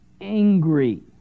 angry